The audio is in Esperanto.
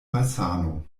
malsano